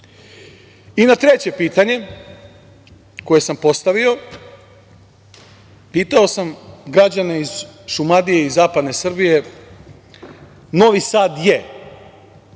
na treće pitanje, koje sam postavio, pitao sam građane iz Šumadije, iz zapadne Srbije - Novi Sad je